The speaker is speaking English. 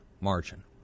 margin